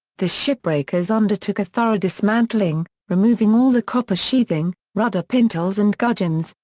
the shipbreakers undertook a thorough dismantling, removing all the copper sheathing, rudder pintles and gudgeons,